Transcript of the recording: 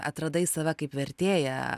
atradai save kaip vertėją